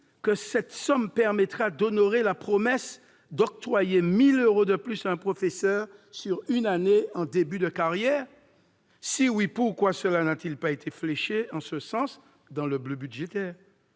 que cette somme permettra d'honorer la promesse d'octroyer « 1 000 euros de plus à un professeur sur une année en début de carrière »? Si oui, pourquoi cela n'a-t-il pas été fléché en ce sens dans le bleu budgétaire ?